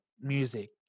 music